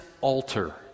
altar